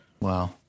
Wow